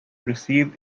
received